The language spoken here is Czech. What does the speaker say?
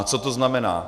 Co to znamená?